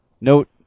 Note